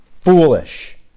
foolish